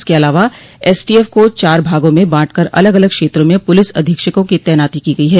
इसके अलावा एसटीएफ़ को चार भागों में बांट कर अलग अलग क्षेत्रों में पुलिस अधीक्षकों की तैनाती की गई है